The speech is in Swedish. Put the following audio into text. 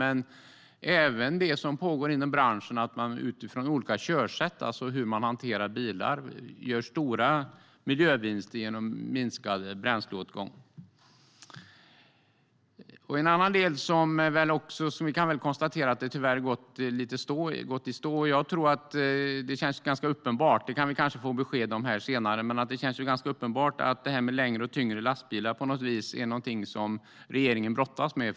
Det finns även det som pågår inom branschen med olika körsätt och hur man hanterar bilar. Man gör stora miljövinster genom minskad bränsleåtgång. Det finns en annan del där vi tyvärr kan konstatera att det har gått lite i stå. Det kanske vi kan få besked om senare. Det känns ganska uppenbart att detta med längre och tyngre lastbilar är någonting som regeringen brottas med.